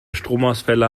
stromausfälle